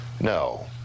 no